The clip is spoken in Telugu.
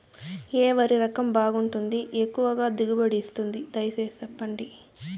ఏ వరి రకం బాగుంటుంది, ఎక్కువగా దిగుబడి ఇస్తుంది దయసేసి చెప్పండి?